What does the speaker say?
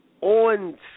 on